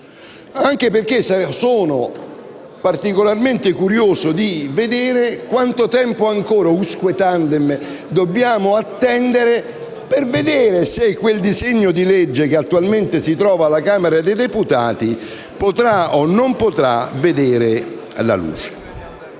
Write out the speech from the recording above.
inoltre, particolarmente curioso di vedere quanto tempo *quousque tandem* dobbiamo attendere per vedere se quel disegno di legge, che attualmente si trova alla Camera dei deputati, potrà o no vedere la luce.